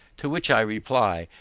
to which i reply,